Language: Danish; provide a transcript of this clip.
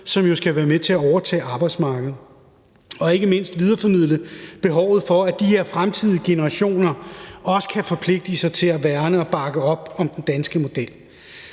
som skal være med til at overtage arbejdsmarkedet, og vi skal ikke mindst videreformidle behovet for, at de her fremtidige generationer også vil forpligte sig til at værne og bakke op om den danske model.